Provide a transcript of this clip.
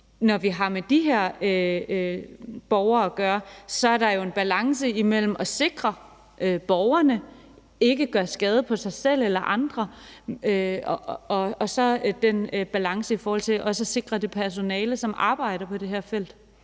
når vi har med de her borgere at gøre, en balance imellem at sikre, at borgerne ikke gør skade på sig selv eller andre, og også at sikre det personale, som arbejder på det her felt,